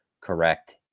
correct